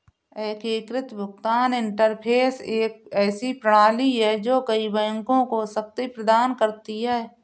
एकीकृत भुगतान इंटरफ़ेस एक ऐसी प्रणाली है जो कई बैंकों को शक्ति प्रदान करती है